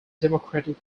democratic